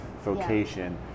vocation